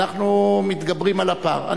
ואנחנו מתגברים על הפער.